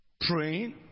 praying